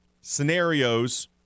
scenarios